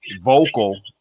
vocal